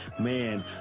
man